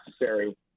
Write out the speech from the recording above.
necessary